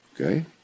Okay